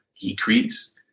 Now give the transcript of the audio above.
decrease